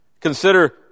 Consider